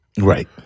Right